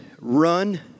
run